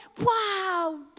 wow